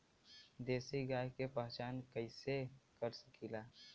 देशी गाय के पहचान कइसे कर सकीला?